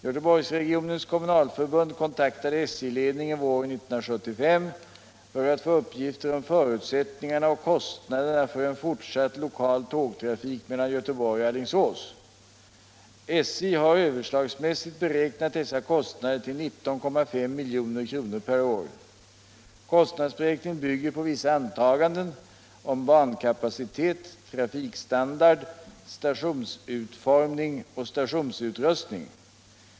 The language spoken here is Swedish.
Göteborgsregionens kommunalförbund kontaktade SJ-ledningen våren 1975 för att få uppgifter om förutsättningarna och kostnaderna för en fortsatt lokal tågtrafik mellan Göteborg och Alingsås. SJ har överslagsmässigt beräknat dessa kostnader till 19,5 milj.kr. per år. Kostnadsberäkningen bygger på vissa antaganden om bankapacitet, trafikstandard, stationsutformning och stationsutrustning.